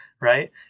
right